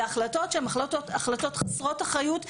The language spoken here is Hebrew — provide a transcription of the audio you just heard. להחלטות שהן חסרות אחריות,